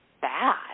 bad